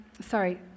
sorry